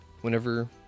whenever